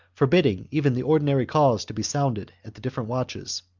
forbidding even the ordin ary calls to be sounded at the different watches.